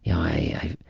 i